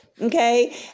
okay